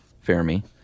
Fermi